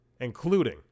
including